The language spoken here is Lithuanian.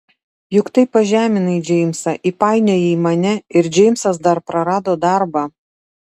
juk taip pažeminai džeimsą įpainiojai mane ir džeimsas dar prarado darbą